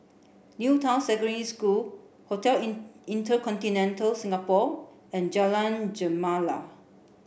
New Town Secondary School Hotel InterContinental Singapore and Jalan Gemala